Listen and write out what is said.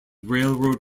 railroad